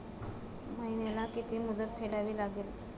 महिन्याला किती मुद्दल फेडावी लागेल?